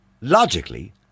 logically